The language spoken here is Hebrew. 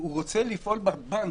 הוא רוצה לפעול בבנק,